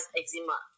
eczema